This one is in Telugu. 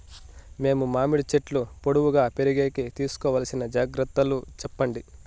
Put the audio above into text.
మేము మామిడి చెట్లు పొడువుగా పెరిగేకి తీసుకోవాల్సిన జాగ్రత్త లు చెప్పండి?